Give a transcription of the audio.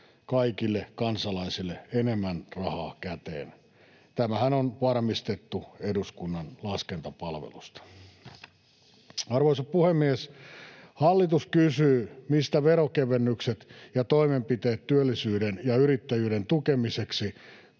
kaikille kansalaisille enemmän rahaa käteen. Tämähän on varmistettu eduskunnan laskentapalvelusta. Arvoisa puhemies! Hallitus kysyy, mistä veronkevennykset ja toimenpiteet työllisyyden ja yrittäjyyden tukemiseksi